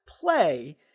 play